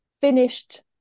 finished